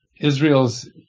Israel's